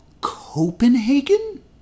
Copenhagen